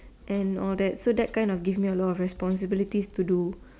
and all that so that kind give me a lot of responsibilities to do